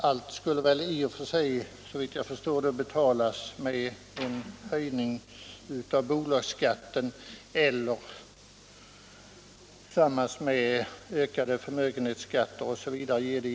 Allt skulle betalas med en höjning av bolagsskatten eller ökade förmögenhetsskatter.